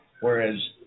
whereas